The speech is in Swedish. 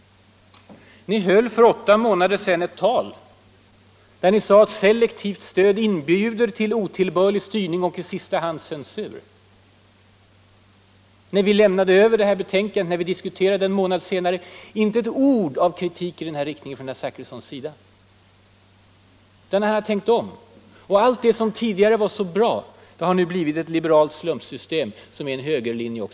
Ni höll för åtta månader sedan ett tal, i vilket ni sade att selektivt stöd inbjuder till otillbörlig styrning och i sista hand censur. När vi lämnade över betänkandet och diskuterade det en månad senare sade herr Zachrisson inte ett ord av kritik mot utredningen. Först nu har han tänkt om. Och allt det som tidigare var så bra hade nu blivit ett ”liberalt slumpsystem”, ”en högerlinje” etc.